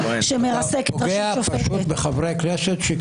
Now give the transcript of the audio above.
הישיבה ננעלה בשעה 15:59.